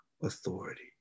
authority